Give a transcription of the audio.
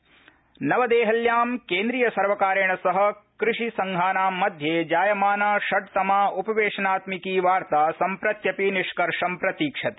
कृषि वार्ता नवदेहल्यां केन्द्रियसर्वकारेण सह कृषिसंघानां मध्ये जायमाना षड्तमा उपवेशनात्मिकी वार्ता सम्प्रत्यपि निष्कर्षं प्रतीक्षते